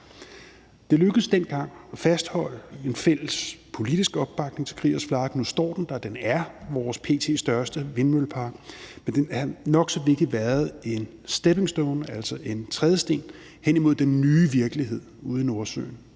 Det lykkedes dengang at fastholde en fælles politisk opbakning til Kriegers Flak, nu står den der, og den er vores p.t. største vindmøllepark, og den har, hvilket er nok så vigtigt, været en stepping stone, altså en trædesten, hen imod den nye virkelighed ude i Nordsøen